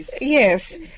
Yes